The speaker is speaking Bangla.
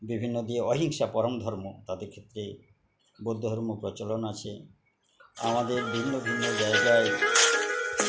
বিভিন্ন দিয়ে অহিংসা পরম ধর্ম তাদের ক্ষেত্রে বৌদ্ধ ধর্ম প্রচলন আছে আমাদের বিভিন্ন ভিন্ন জায়গায়